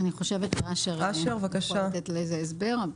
אני חושבת שאשר יכול לתת לזה הסבר.